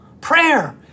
prayer